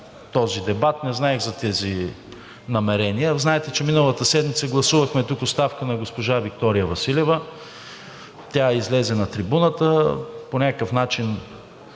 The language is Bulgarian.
този дебат. Не знаех за тези намерения. Знаете, че миналата седмица гласувахме тук оставка на госпожа Виктория Василева. Тя излезе на трибуната, по някакъв начин